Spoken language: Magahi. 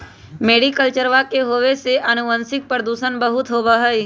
मैरीकल्चरवा के होवे से आनुवंशिक प्रदूषण बहुत होबा हई